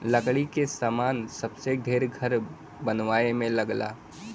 लकड़ी क सामान सबसे ढेर घर बनवाए में लगला